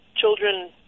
children